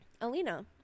Alina